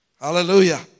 Hallelujah